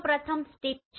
તો પ્રથમ સ્ટ્રિપ છે